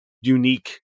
unique